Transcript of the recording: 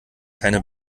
keine